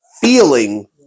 feeling